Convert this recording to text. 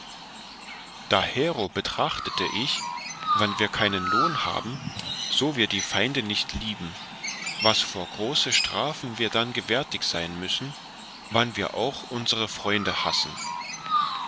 dahero betrachtete ich wann wir keinen lohn haben so wir die feinde nicht lieben was vor große strafen wir dann gewärtig sein müssen wann wir auch unsere freunde hassen